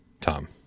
Tom